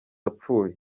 apfuye